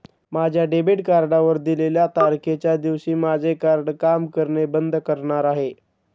माझ्या डेबिट कार्डवर दिलेल्या तारखेच्या दिवशी माझे कार्ड काम करणे बंद करणार आहे